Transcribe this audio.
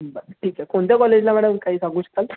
बरं ठीक आहे कोणत्या कॉलेजला मॅडम काही सांगू शकाल